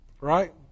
right